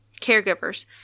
caregivers